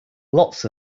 lots